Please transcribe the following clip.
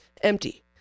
empty